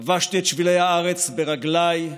כבשתי את שבילי הארץ ברגליי,